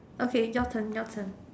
okay your turn your turn